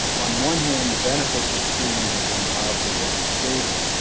on one hand the benefits of screening have been widely overstated,